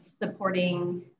supporting